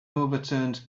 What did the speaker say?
overturned